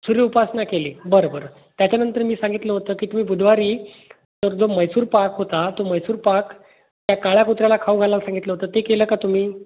सूर्य उपासना केली बरं बरं त्याच्यानंतर मी सांगितलं होतं की तुम्ही बुधवारी तर जो मैसूरपाक होता तो मैसूरपाक त्या काळा कुत्र्याला खाऊ घालायला सांगितलं होतं ते केलं का तुम्ही